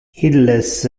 illes